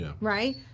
Right